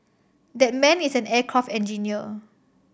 that man is an aircraft engineer